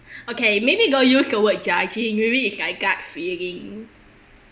okay maybe don't use the word judging maybe is like gut feeling